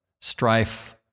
strife